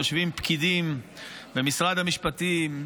יושבים פקידים במשרד המשפטים,